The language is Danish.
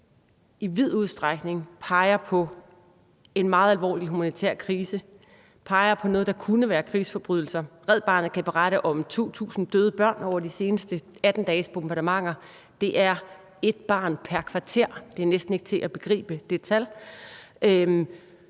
i vid udstrækning peger på, at det er en meget alvorlig humanitær krise, og de peger på, at det er noget, der kunne være krigsforbrydelser. Red Barnet kan berette om 2.000 døde børn over de seneste 18 dages bombardementer. Det er et barn pr. kvarter, det tal er næsten ikke til at begribe,